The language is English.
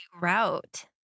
route